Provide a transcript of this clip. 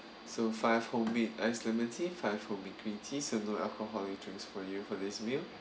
so five homemade ice lemon tea five homemade green tea so no alcoholic drinks for you for this meal